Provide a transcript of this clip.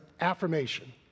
affirmation